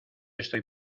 estoy